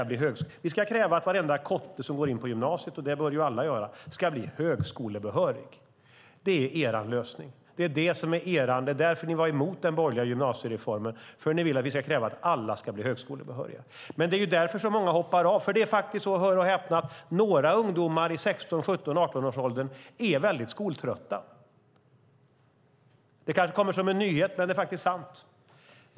Vi ska kräva att varenda kotte som går in på gymnasiet - det bör alla göra - ska bli högskolebehörig. Det är er lösning. Det är därför ni var emot den borgerliga gymnasiereformen. Ni vill att vi ska kräva att alla ska bli högskolebehöriga. Men det är därför många hoppar av. Det är faktiskt så - hör och häpna - att några ungdomar i 16-, 17 och 18-årsåldern är väldigt skoltrötta. Det kanske kommer som en nyhet, men det är faktiskt sant.